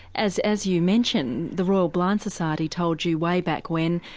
as as you mention, the royal blind society told you, way back when,